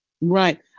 Right